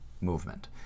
movement